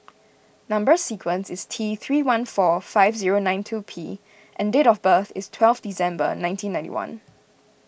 Number Sequence is T three one four five zero nine two P and date of birth is twelve December nineteen ninety one